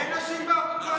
אין נשים בקואליציה.